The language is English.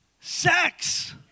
sex